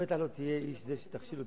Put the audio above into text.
אפשר לסגור את הישיבה,